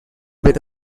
with